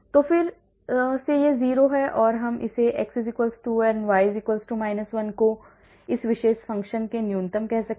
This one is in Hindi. तो फिर से यह 0 है इसलिए हम इस x 2 y 1 को इस विशेष फ़ंक्शन के न्यूनतम कह सकते हैं